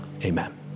amen